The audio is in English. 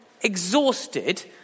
exhausted